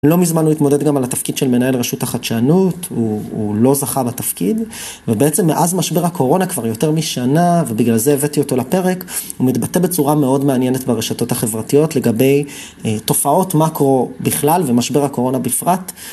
לא מזמן הוא התמודד גם על התפקיד של מנהל רשות החדשנות, הוא לא זכה בתפקיד, ובעצם מאז משבר הקורונה כבר יותר משנה, ובגלל זה הבאתי אותו לפרק, הוא מתבטא בצורה מאוד מעניינת ברשתות החברתיות לגבי תופעות מקרו בכלל ומשבר הקורונה בפרט.